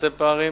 ותצמצם פערים,